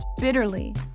bitterly